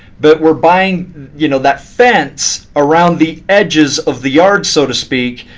but we're buying you know that fence around the edges of the yard, so to speak.